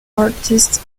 artist